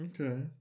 Okay